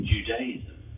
Judaism